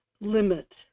limit